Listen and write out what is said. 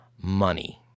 money